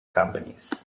companies